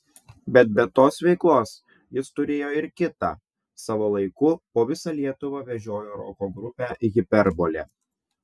bet be tos veiklos jis turėjo ir kitą savo laiku po visą lietuvą vežiojo roko grupę hiperbolė